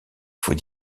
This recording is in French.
faut